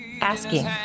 asking